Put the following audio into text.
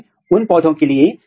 यह ट्रैपिंग क्या है